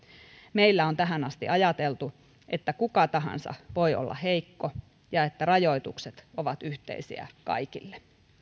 meillä on tähän asti ajateltu että kuka tahansa voi olla heikko ja että rajoitukset ovat yhteisiä kaikille